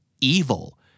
evil